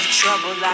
trouble